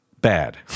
bad